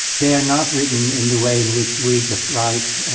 they're not written in the way in which we just write,